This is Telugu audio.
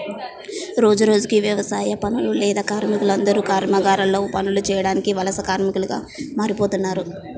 రోజురోజుకీ యవసాయ పనులు లేక కార్మికులందరూ కర్మాగారాల్లో పనులు చేయడానికి వలస కార్మికులుగా మారిపోతన్నారు